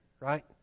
right